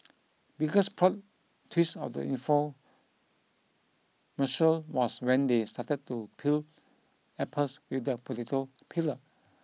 biggest plot twist of the infomercial was when they started to peel apples with the potato peeler